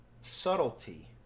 subtlety